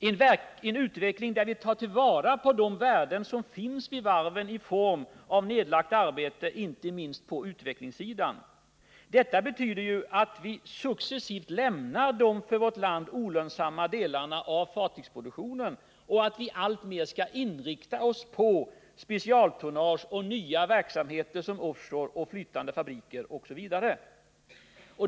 Utvecklingen kan ske genom att vi tar till vara de värden som finns vid varven i form av nedlagt arbete, inte minst på utvecklingssidan. Detta betyder att vi successivt lämnar de för vårt land olönsamma delarna av fartygsproduktionen och alltmer inriktar oss på specialtonnage och nya verksamheter, som offshore, flytande fabriker osv.